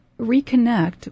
reconnect